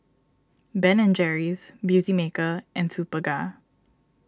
Ben and Jerry's Beautymaker and Superga